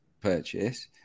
purchase